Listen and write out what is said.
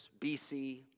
BC